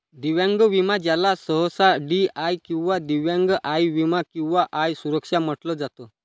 दिव्यांग विमा ज्याला सहसा डी.आय किंवा दिव्यांग आय विमा किंवा आय सुरक्षा म्हटलं जात